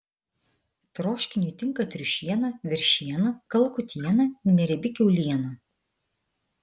troškiniui tinka triušiena veršiena kalakutiena neriebi kiauliena